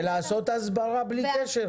ולעשות הסברה בלי קשר,